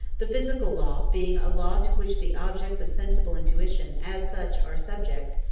the physical law being a law to which the objects of sensible intuition, as such, are subject,